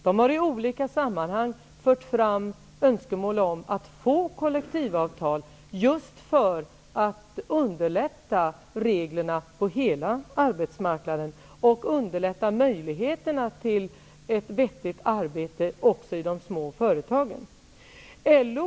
De har i olika sammanhang fört fram önskemål om att få kollektivavtal just för att reglerna på hela arbetsmarknaden skall underlättas och för att möjligheterna till ett vettigt arbete också i de små företagen skall förbättras.